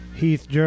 Heath